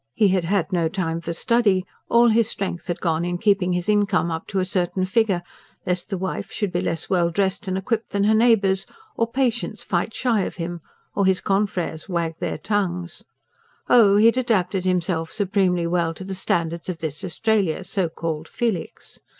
he had had no time for study all his strength had gone in keeping his income up to a certain figure lest the wife should be less well dressed and equipped than her neighbours or patients fight shy of him or his confreres wag their tongues oh! he had adapted himself supremely well to the standards of this australia, so-called felix.